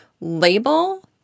label